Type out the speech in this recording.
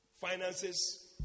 finances